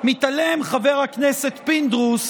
מתעלם חבר הכנסת פינדרוס